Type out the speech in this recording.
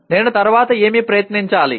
నేను తరువాత ఏమి ప్రయత్నించాలి